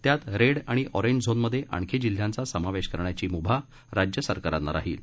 त्यात रेड आणि ऑरेंज झोनमधे आणखी जिल्ह्यांचा समावेश करण्याची मुभा राज्य सरकारांना राहील